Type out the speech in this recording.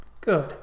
Good